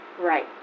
Right